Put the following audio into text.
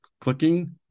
clicking